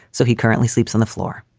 so he currently sleeps on the floor.